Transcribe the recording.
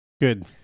Good